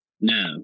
No